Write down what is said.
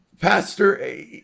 Pastor